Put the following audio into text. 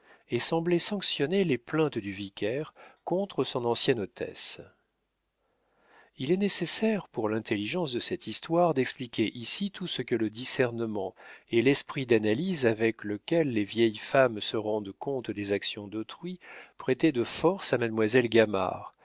et semblait sanctionner les plaintes du vicaire contre son ancienne hôtesse il est nécessaire pour l'intelligence de cette histoire d'expliquer ici tout ce que le discernement et l'esprit d'analyse avec lequel les vieilles femmes se rendent compte des actions d'autrui prêtaient de force à mademoiselle